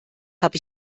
habe